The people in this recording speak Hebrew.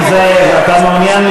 חבר הכנסת נסים זאב, אתה מעוניין לשמוע?